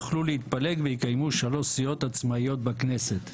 יוכלו להתפלג ויקיימו שלוש סיעות עצמאיות בכנסת".